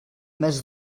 més